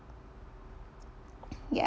ya